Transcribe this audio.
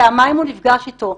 פעמיים הוא נפגש איתו,